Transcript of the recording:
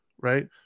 Right